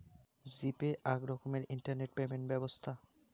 জি Pay আক রকমের internet payment ব্যবছ্থা